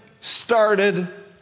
started